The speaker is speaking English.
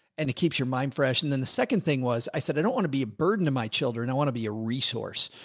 and it keeps your mind fresh. and then the second thing was, i said, i don't want to be a burden to my children. i want to be a resource.